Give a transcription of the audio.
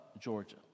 Georgia